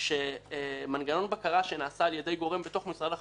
שמנגנון בקרה שנעשה על-ידי גורם בתוך משרד החקלאות,